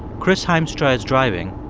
chris hiemstra is driving,